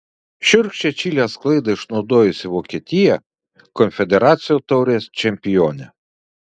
šiurkščią čilės klaidą išnaudojusi vokietija konfederacijų taurės čempionė